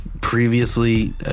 Previously